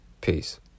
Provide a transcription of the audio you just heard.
Peace